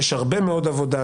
יש הרבה מאוד עבודה.